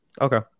Okay